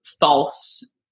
false